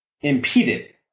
impeded